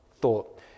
thought